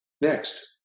Next